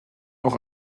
auch